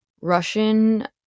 Russian